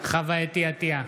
חוה אתי עטייה,